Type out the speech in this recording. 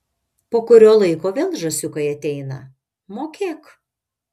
po kurio laiko vėl žąsiukai ateina mokėk